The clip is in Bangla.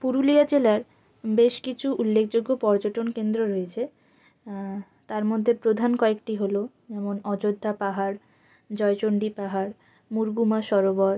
পুরুলিয়া জেলার বেশ কিছু উল্লেখযোগ্য পর্যটন কেন্দ্র রয়েছে তার মধ্যে প্রধান কয়েকটি হলো যেমন অযোধ্যা পাহাড় জয়চন্ডী পাহাড় মুরগুমা সরোবর